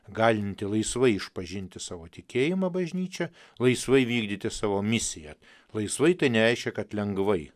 galinti laisvai išpažinti savo tikėjimą bažnyčia laisvai vykdyti savo misiją laisvai tai nereiškia kad lengvai